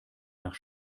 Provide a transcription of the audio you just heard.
nach